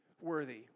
worthy